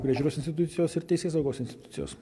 priežiūros institucijos ir teisėsaugos institucijos